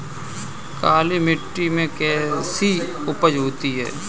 काली मिट्टी में कैसी उपज होती है?